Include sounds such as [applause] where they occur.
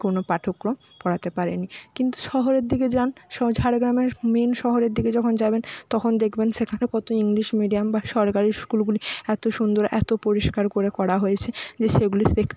কোনো পাঠক্রম পড়াতে পারে নি কিন্তু শহরের দিকে যান ঝাড়গ্রামের মেন শহরের দিকে যখন যাবেন তখন দেখবেন সেখানে কতো ইংলিশ মিডিয়াম বা সরকারি স্কুলগুলি এত সুন্দর এত পরিষ্কার করে করা হয়েছে যে সেগুলি [unintelligible] দেখতে